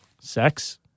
sex